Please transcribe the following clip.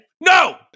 No